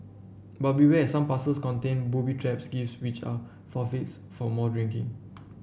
but beware some parcels contain booby traps gifts which are forfeits for more drinking